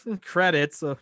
Credits